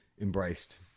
embraced